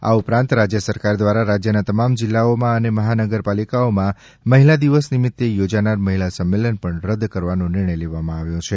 આ ઉપરાંત રાજ્ય સરકાર દ્વારા રાજ્યના તમામ જિલ્લાઓમાં અને મહાનગરપાલિકાઓમાં મહિલા દિવસ નિમિત્તે યોજાનાર મહિલા સંમેલન પણ રદ કરવાનો નિર્ણય લેવાયો છે